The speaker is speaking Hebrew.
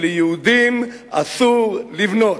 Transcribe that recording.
שליהודים אסור לבנות.